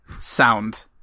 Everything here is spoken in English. sound